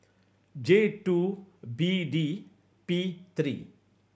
J two B D P three